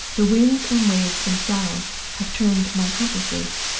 the winds and waves themselves have turned my accomplices!